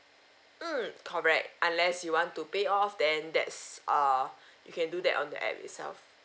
mm correct unless you want to pay off then that's err you can do that on the app itself